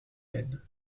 peines